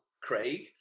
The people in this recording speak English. craig